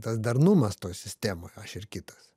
tas darnumas toj sistemoj aš ir kitas